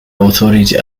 authority